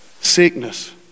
sickness